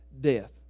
death